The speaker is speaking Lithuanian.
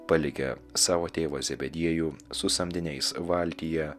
palikę savo tėvą zebediejų su samdiniais valtyje